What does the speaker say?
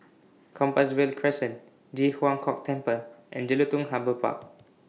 Compassvale Crescent Ji Huang Kok Temple and Jelutung Harbour Park